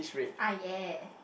ah ya